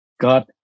God